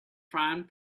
frying